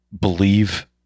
believe